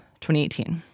2018